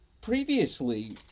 previously